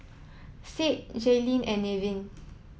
Sade Jaylene and Nevin